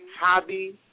hobby